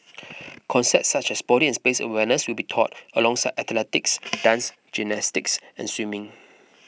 concepts such as body and space awareness will be taught alongside athletics dance gymnastics and swimming